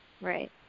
Right